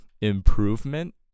improvement